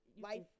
life